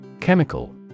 Chemical